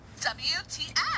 WTF